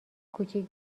کوچیک